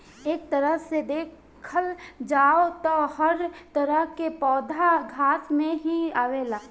एक तरह से देखल जाव त हर तरह के पौधा घास में ही आवेला